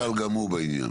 יטופל גם הוא בעניין.